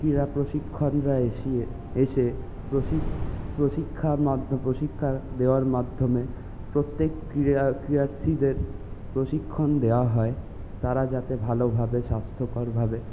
ক্রীড়া প্রশিক্ষকরা এসিয়ে এসে প্রশিক্ষণের মাধ্যমে প্রশিক্ষণ দেওয়ার মাধ্যমে প্রত্যেক ক্রীড়া ক্রীড়ার্থিদের প্রশিক্ষণ দেওয়া হয় তারা যাতে ভালোভাবে স্বাস্থ্যকরভাবে